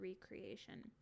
recreation